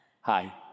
Hi